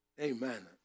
Amen